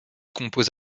compose